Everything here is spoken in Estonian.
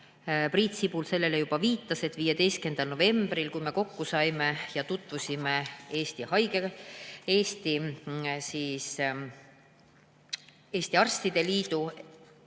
Priit Sibul sellele juba viitas, et 15. novembril saime kokku ja tutvusime Eesti Arstide Liidu